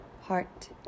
heart